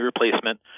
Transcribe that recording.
replacement